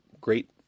great